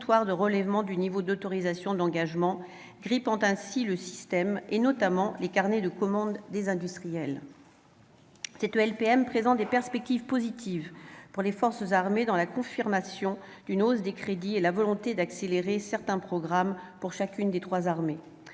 de relèvement du niveau des autorisations d'engagement, grippant ainsi le système, et notamment les carnets de commandes des industriels. Cette LPM présente des perspectives positives pour les forces armées, avec la confirmation d'une hausse des crédits et la volonté d'accélérer certains programmes pour chacune des trois armées